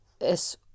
Es